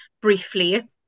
briefly